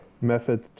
method